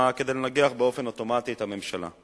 כדי לנגח באופן אוטומטי את הממשלה.